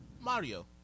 Mario